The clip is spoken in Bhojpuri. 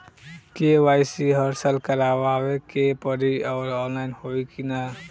के.वाइ.सी हर साल करवावे के पड़ी और ऑनलाइन होई की ना?